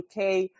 UK